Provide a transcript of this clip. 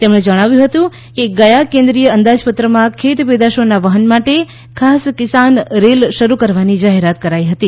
તેમણે જણાવ્યું હતું કે ગયા કેન્દ્રીય અંદાજપત્રંમાં ખેતપેદાશોના વહન માટે ખાસ કિસાન રેલ શરૂ કરવાની જાહેરાત કરાઇ હતી